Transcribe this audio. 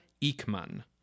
Ekman